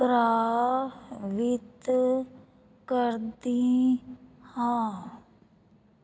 ਪ੍ਰਭਾਵਿਤ ਕਰਦੀ ਹੈ